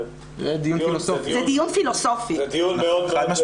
זה דיון מאוד מאוד --- זה דיון פילוסופי.